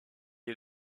est